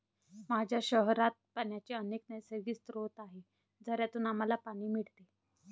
माझ्या शहरात पाण्याचे अनेक नैसर्गिक स्रोत आहेत, झऱ्यांतून आम्हाला पाणी मिळते